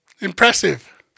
Impressive